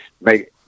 make